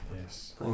yes